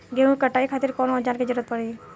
गेहूं के कटाई खातिर कौन औजार के जरूरत परी?